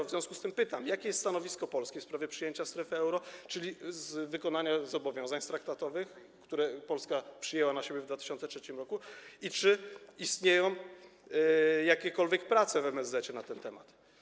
W związku z tym pytam: Jakie jest stanowisko Polski w sprawie przyjęcia strefy euro, czyli wykonania zobowiązań traktatowych, które Polska przyjęła na siebie w 2003 r., i czy istnieją jakiekolwiek prace w MSZ-ecie na ten temat?